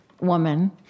woman